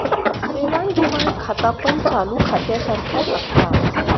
देवाण घेवाण खातापण चालू खात्यासारख्याच असता